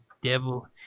devil